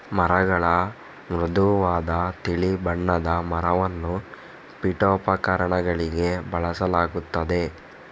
ಮರಗಳ ಮೃದುವಾದ ತಿಳಿ ಬಣ್ಣದ ಮರವನ್ನು ಪೀಠೋಪಕರಣಗಳಿಗೆ ಬಳಸಲಾಗುತ್ತದೆ